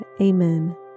Amen